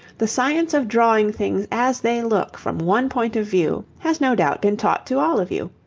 the science of drawing things as they look from one point of view has no doubt been taught to all of you.